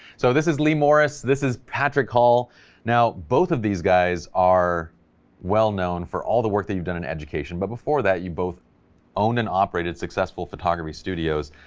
so this is lee morris, this is patrick hall now both of these guys are well known for all the work that you've done in education, but before that you both owned and operated successful photography studios.